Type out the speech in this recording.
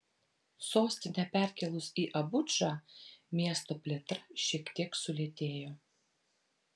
sostinę perkėlus į abudžą miesto plėtra šiek tiek sulėtėjo